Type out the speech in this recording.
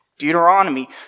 Deuteronomy